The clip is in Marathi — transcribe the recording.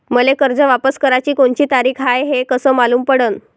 मले कर्ज वापस कराची कोनची तारीख हाय हे कस मालूम पडनं?